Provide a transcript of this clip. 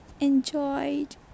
enjoyed